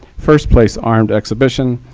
first place armed exhibition,